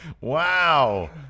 Wow